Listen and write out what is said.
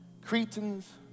Cretans